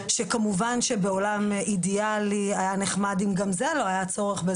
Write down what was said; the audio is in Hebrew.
כמובן שבעולם אידיאלי היה נחמד אם גם בזה לא היה צורך,